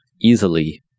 easily